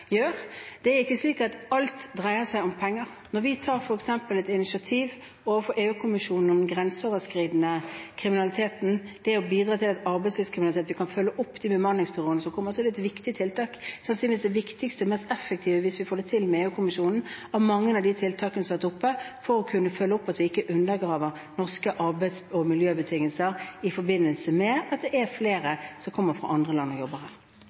Ikke alt dreier seg om penger. Når vi f.eks. tar et initiativ overfor EU-kommisjonen om den grenseoverskridende kriminaliteten, arbeidslivskriminaliteten, at vi kan følge opp de bemanningsbyråene som kommer, er det et viktig tiltak. Sannsynligvis er det det viktigste og mest effektive – hvis vi får det til med EU-kommisjonen – av mange av de tiltakene som har vært oppe for å følge opp at vi ikke undergraver norske arbeids- og miljøbetingelser i forbindelse med at det er flere fra andre land som kommer og jobber.